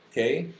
okay?